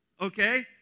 Okay